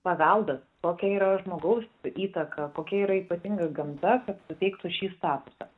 paveldas tokia yra žmogaus įtaka kokia yra ypatinga gamta kad suteiktų šį statusą